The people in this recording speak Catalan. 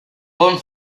bon